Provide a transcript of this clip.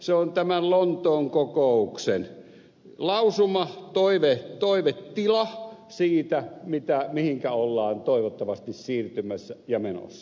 se on tämän lontoon kokouksen lausuma toivetila siitä mihinkä ollaan toivottavasti siirtymässä ja menossa